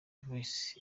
voice